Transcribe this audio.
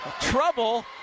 trouble